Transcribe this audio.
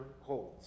holds